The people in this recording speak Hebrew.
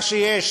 מה שיש,